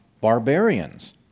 barbarians